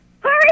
Hurry